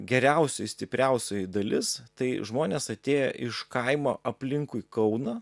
geriausioji stipriausioji dalis tai žmonės atėję iš kaimo aplinkui kauną